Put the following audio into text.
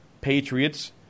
Patriots